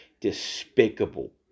despicable